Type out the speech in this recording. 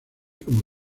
como